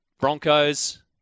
Broncos